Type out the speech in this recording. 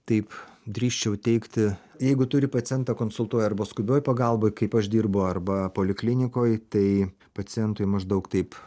taip drįsčiau teigti jeigu turi pacientą konsultuoja arba skubioj pagalboj kaip aš dirbu arba poliklinikoj tai pacientui maždaug taip